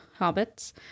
hobbits